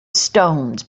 stones